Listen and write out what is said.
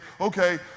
okay